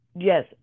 Yes